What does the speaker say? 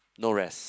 no rest